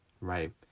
right